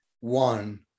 one